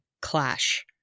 clash